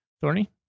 Thorny